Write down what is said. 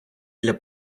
для